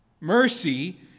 Mercy